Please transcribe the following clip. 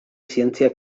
zientzia